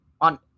on